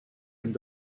end